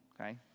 Okay